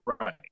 right